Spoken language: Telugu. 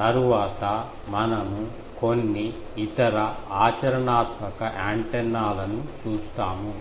తరువాత మనము కొన్ని ఇతర ఆచరణాత్మక యాంటెన్నాలను చూస్తాము